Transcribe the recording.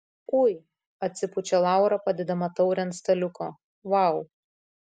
ui atsipučia laura padėdama taurę ant staliuko vau